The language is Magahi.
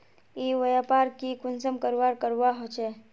ई व्यापार की कुंसम करवार करवा होचे?